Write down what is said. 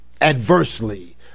adversely